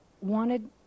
wanted